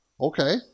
Okay